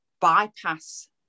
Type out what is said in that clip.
bypass